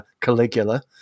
Caligula